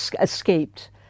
escaped